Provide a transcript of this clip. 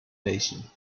nation